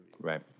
Right